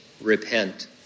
repent